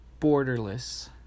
borderless